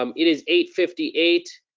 um it is eight fifty eight,